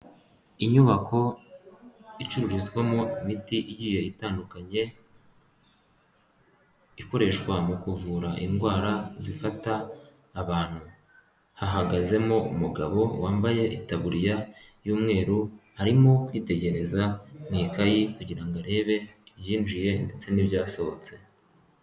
Inyubako icururizwamo imiti igiye itandukanye, ikoreshwa mu kuvura indwara zifata abantu, hahagazemo umugabo wambaye itaburiya y'umweru arimo kwitegereza mu ikayi kugira ngo arebe ibyinjiye ndetse n'ibyasohotse.